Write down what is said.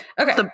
Okay